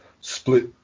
split